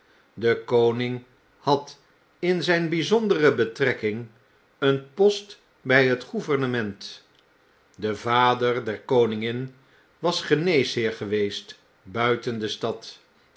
de koninghad in zyn byzondere betrekking een post bij het gouvernement de vader der koningin was genesheer geweest buiten de stad